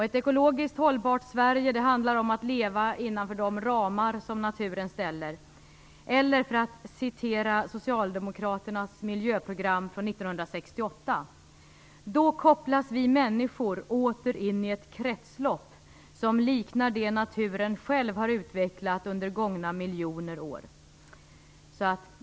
Ett ekologiskt hållbart Sverige handlar om att leva innanför de ramar som naturen ställer upp, eller för att citera Socialdemokraternas miljöprogram från 1968: "Då kopplas vi människor åter in i ett kretslopp som liknar det naturen själv har utvecklat under gångna miljoner år."